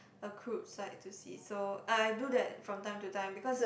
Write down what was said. a crude sight to see so eh I do that from time to time because